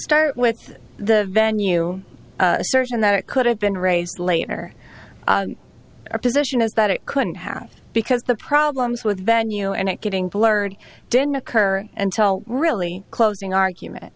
start with the venue assertion that it could have been raised later our position is that it couldn't have because the problems with venue and it getting blurred didn't occur until really closing argument